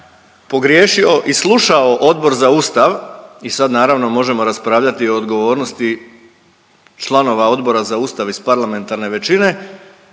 pogriješio i slušao Odbor za Ustav i sad naravno možemo raspravljati i o odgovornosti članova Odbora za Ustav iz parlamentarne većine